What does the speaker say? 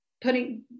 putting